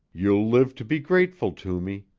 you'll live to be grateful to me.